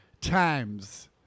times